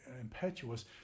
impetuous